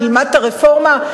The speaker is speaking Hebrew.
נלמד את הרפורמה?